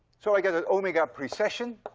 so i get an omega precession